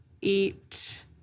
eat